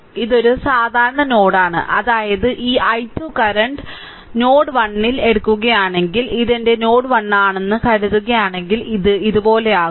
അതിനാൽ ഇതൊരു സാധാരണ നോഡാണ് അതായത് ഈ i 2 കറന്റ് അതിനർത്ഥം നോഡ് 1 ൽ നോഡ് 1 എടുക്കുകയാണെങ്കിൽ ഇത് എന്റെ നോഡ് 1 ആണെന്ന് കരുതുകയാണെങ്കിൽ ഇത് ഇതുപോലെയാകും